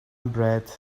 bread